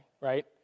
right